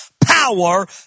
power